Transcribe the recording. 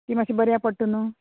ती मात्शे बऱ्या पडटा न्हू